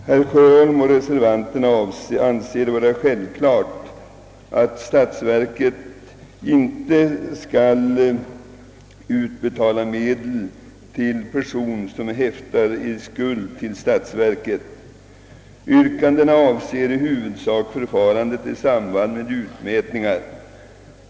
Herr Sjöholm och reservanterna anser det vara självklart att statsverket inte skall utbetala medel till person som häftar i skuld till statsverket. Yrkandena avser i huvudsak förfarandet i samband med utmätningar.